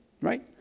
right